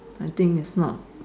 I think it's not